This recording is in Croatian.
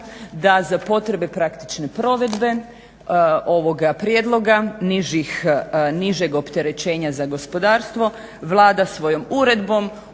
da za potrebe praktične provedbe ovoga prijedloga nižeg opterećenja za gospodarstvo Vlada svojom uredbom